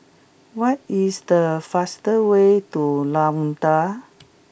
what is the fastest way to Luanda